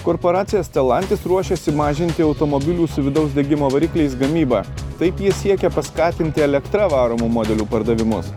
korporacija stelantis ruošiasi mažinti automobilių su vidaus degimo varikliais gamybą taip jie siekia paskatinti elektra varomų modelių pardavimus